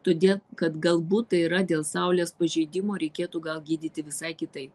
todėl kad galbūt tai yra dėl saulės pažeidimų ir reikėtų gal gydyti visai kitaip